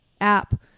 app